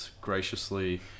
graciously